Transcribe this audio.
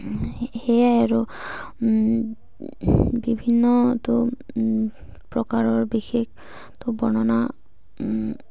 সেয়াই আৰু বিভিন্নতো প্ৰকাৰৰ বিশেষতো বৰ্ণনা